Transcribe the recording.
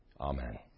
Amen